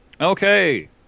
Okay